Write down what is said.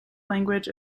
language